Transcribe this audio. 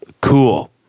Cool